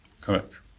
Correct